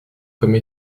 comme